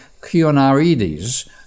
Kionarides